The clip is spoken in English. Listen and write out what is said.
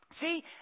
See